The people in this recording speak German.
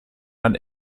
man